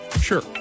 Sure